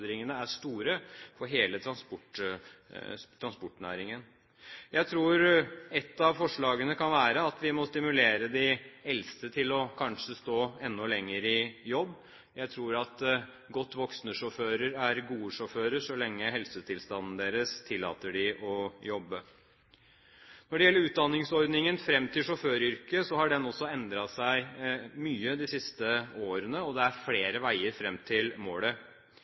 er store for hele transportnæringen. Jeg tror et av forslagene kan være at vi må stimulere de eldste til kanskje å stå enda lenger i jobb. Jeg tror at godt voksne sjåfører er gode sjåfører så lenge helsetilstanden deres tillater dem å jobbe. Når det gjelder utdanningsordningen fram til sjåføryrket, har den også endret seg mye de siste årene, og det er flere veier fram til målet.